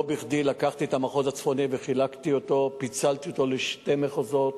לא בכדי לקחתי את המחוז הצפוני ופיצלתי אותו לשני מחוזות,